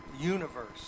universe